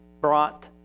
brought